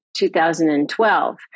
2012